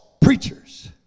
preachers